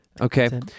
Okay